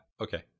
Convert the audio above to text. Okay